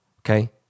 Okay